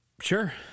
Sure